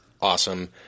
awesome